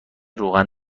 روغن